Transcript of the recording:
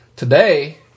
Today